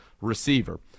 receiver